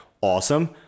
awesome